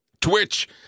Twitch